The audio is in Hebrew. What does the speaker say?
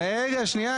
רגע, שנייה.